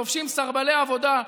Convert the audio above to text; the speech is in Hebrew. לובשים סרבלי עבודה,